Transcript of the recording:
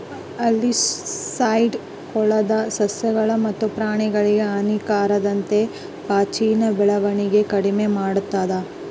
algicide ಕೊಳದ ಸಸ್ಯಗಳು ಮತ್ತು ಪ್ರಾಣಿಗಳಿಗೆ ಹಾನಿಯಾಗದಂತೆ ಪಾಚಿಯ ಬೆಳವಣಿಗೆನ ಕಡಿಮೆ ಮಾಡ್ತದ